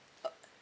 uh